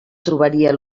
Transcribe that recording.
trobaria